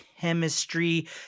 chemistry